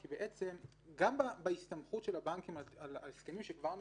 כי גם בהסתמכות של הבנקים על הסכמים שכבר נכרתו,